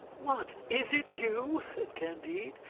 what, is it you? said candide,